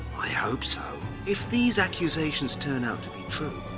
i hope so. if these accusations turn out to be true,